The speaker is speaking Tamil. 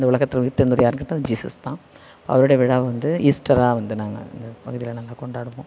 இந்த உலகத்தில் உயிர்த்தெழுந்தவரு யாருன்னு கேட்டால் ஜீசஸ் தான் அவருடைய விழா வந்து ஈஸ்டராக வந்து நாங்கள் இந்த பகுதியில் நல்லா கொண்டாடுவோம்